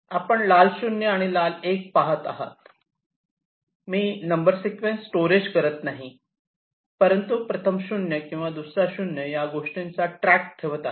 आपण लाल 0 आणि लाल 1 पाहात आहात मी नंबर सिक्वेन्स स्टोरेज करीत नाही परंतु प्रथम 0 किंवा दुसरा 0 या गोष्टींचा ट्रॅक ठेवत आहे